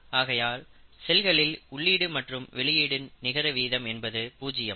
ஆகையால் செல்களில் உள்ளீடு மற்றும் வெளியீட்டு நிகர வீதம் என்பது பூஜ்ஜியம்